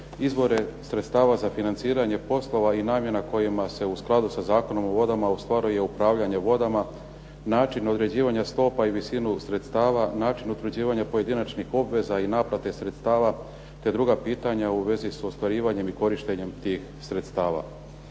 izvore sredstava za financiranje poslova i namjena kojima se u skladu sa Zakonom o vodama ostvaruje upravljanje vodama, način određivanja stopa i visinu sredstava, način utvrđivanja pojedinačnih obveza i naplate sredstava te druga pitanja u vezi s ostvarivanjem i korištenjem tih sredstava.